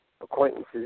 acquaintances